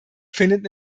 findet